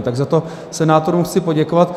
Tak za to senátorům chci poděkovat.